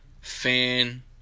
fan